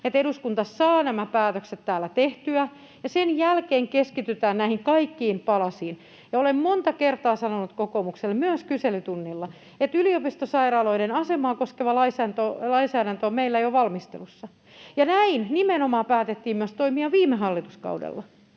eduskunta saa nämä päätökset täällä tehtyä, ja sen jälkeen keskitytään näihin kaikkiin palasiin? Olen monta kertaa sanonut kokoomukselle, myös kyselytunnilla, että yliopistosairaaloiden asemaa koskeva lainsäädäntö on meillä jo valmistelussa. Ja näin nimenomaan päätettiin myös toimia viime hallituskaudella,